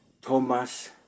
Thomas